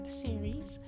series